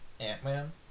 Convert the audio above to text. Ant-Man